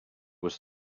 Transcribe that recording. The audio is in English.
was